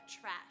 trash